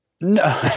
No